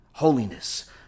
holiness